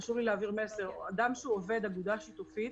חשוב לי להעביר מסר: אדם שהוא עובד אגודה שיתופית